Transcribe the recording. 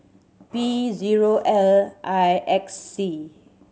P zero L I X C